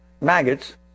maggots